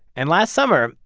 and last summer,